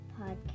podcast